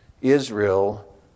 Israel